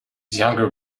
younger